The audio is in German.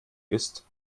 ist